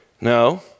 No